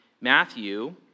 Matthew